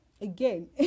again